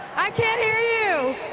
i can't you!